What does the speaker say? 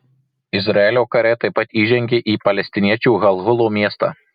izraelio kariai taip pat įžengė į palestiniečių halhulo miestą